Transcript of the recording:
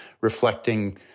reflecting